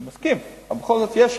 אני מסכים, אבל בכל זאת יש.